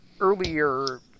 earlier